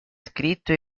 scritto